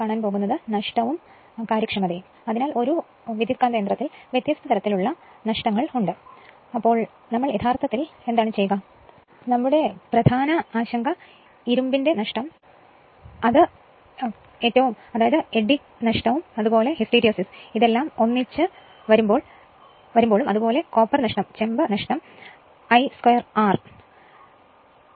അടുത്തത് നഷ്ടങ്ങളും കാര്യക്ഷമതയും ഒരു ട്രാൻസ്ഫോർമറിൽ വ്യത്യസ്ത തരത്തിലുള്ള നഷ്ടങ്ങൾ ഉണ്ട് നമ്മൾ എന്തുചെയ്യും എന്നത് നമ്മുടെ പ്രധാന ആശങ്കയാണ് നമ്മുടെ പ്രധാന ഉത്ക്കണ്ഠ എന്നത് ഇരുമ്പിന്റെ നഷ്ടം അതായത് എഡ്ഡി കറന്റും ഹിസ്റ്റെറിസിസും ഒന്നിച്ച് ചെമ്പ് നഷ്ടം I 2 Rആണ്